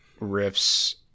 riffs